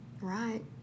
Right